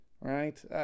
right